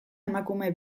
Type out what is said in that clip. emakume